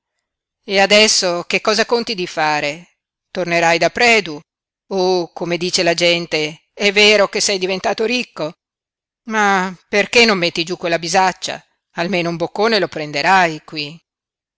piú e adesso che cosa conti di fare tornerai da predu o come dice la gente è vero che sei diventato ricco ma perché non metti giú quella bisaccia almeno un boccone lo prenderai qui